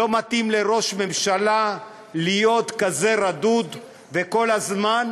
לא מתאים לראש ממשלה להיות כזה רדוד וכל הזמן,